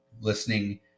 listening